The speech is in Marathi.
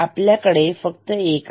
आपल्याकडे फक्त एक आहे